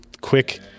quick